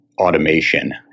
automation